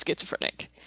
schizophrenic